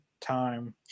time